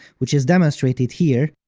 which is demonstrated here,